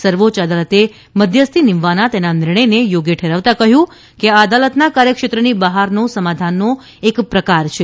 સર્વોચ્ય અદાલતે મધ્યસ્થી નીમવાના તેના નિર્ણયને યોગ્ય ઠેરવતા કહ્યું કે આ અદાલતના કાર્યક્ષેત્રની બહારનો સમાધાનનો એક પ્રકાર છે